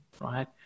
right